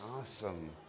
Awesome